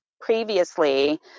previously